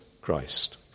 Christ